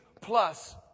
plus